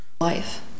Life